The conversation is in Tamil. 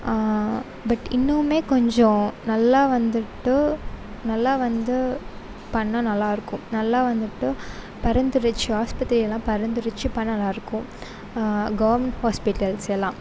பட் இன்னுமுமே கொஞ்சம் நல்லா வந்துவிட்டு நல்லா வந்து பண்ணிணா நல்லாயிருக்கும் நல்லா வந்துவிட்டு பரிந்துரைத்து ஆஸ்பத்திரி எல்லாம் பரிந்துரைத்து பண்ணிணா நல்லாயிருக்கும் கவர்மெண்ட் ஹாஸ்பிட்டல்ஸ் எல்லாம்